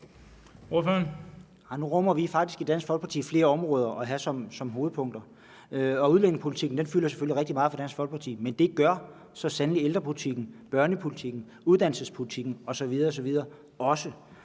Nu rummer vi faktisk i Dansk Folkeparti at have flere områder som hovedpunkter, og udlændingepolitikken fylder selvfølgelig rigtig meget for Dansk Folkeparti, men det gør så sandelig også ældrepolitikken, børnepolitikken, uddannelsespolitikken osv. osv. I